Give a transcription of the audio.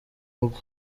rugo